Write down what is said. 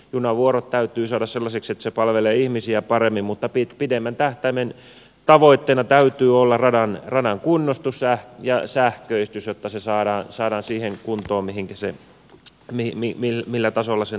junavuorot täytyy saada sellaisiksi että se palvelee ihmisiä paremmin mutta pidemmän tähtäimen tavoitteena täytyy olla radan kunnostus ja sähköistys jotta se saadaan siihen kuntoon millä tasolla sen tuleekin olla